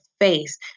face